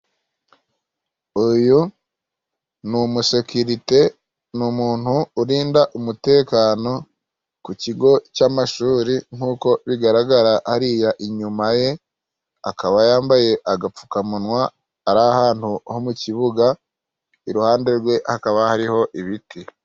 Uyu ni umusekiririte. Ni umuntu urinda umutekano ku kigo cy'amashuri. Nkuko bigaragara hariya inyuma ye akaba yambaye agapfukamunwa ari ahantu ho mu kibuga, iruhande rwe hakaba hariho ibiti.